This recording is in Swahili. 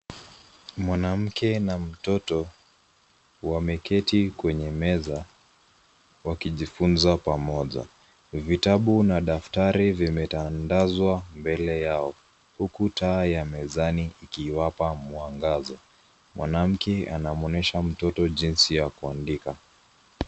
Mwanamke na mtoto, wameketi kwenye meza, wakijifunza pamoja. Vitabu na daftari vimetandazwa mbele yao, huku taa ya mezani ikiwapa mwangaza. Mwanamke anamwonyesha mtoto jinsi ya kuandika.